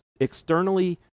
externally